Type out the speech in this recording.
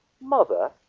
Mother